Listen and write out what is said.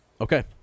okay